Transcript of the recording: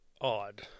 odd